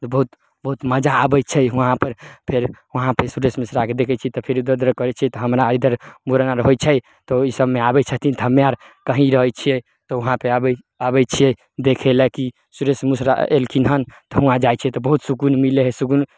बहुत बहुत मजा आबै छै हुआँ पर फेर हुआँ पे सुरेश मिश्राके देखै छियै तऽ फिर इधर उधर करै छियै तऽ हमरा इधर मुड़न आर होइ छै तऽ ओहिसबमे आबै छथिन हम्मे आर कहीँ रहै छियै तऽ वहाँ पे आबय आबय छिअय देखे लए कि सुरेश मिश्रा एलखिन हन तऽ वहाँ जाइ छिअय तऽ बहुत सुकुन मिलय हय सुकुन